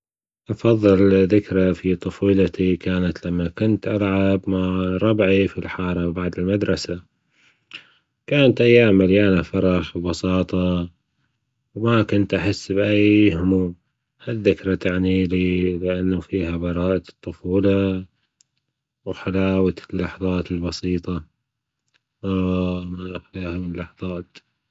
أفضل ذكرى فى طفولتي لما كنت ألعب مع ربعى في الحارة بعد المدرسة، كانت أيام مليانة فرح وبساطة وما كنت أحس بأى هموم، هالذكرى تعني لي بأنه فيها براءة الطفولة وحلاوة اللحظات البسيطة اه من هاللحظات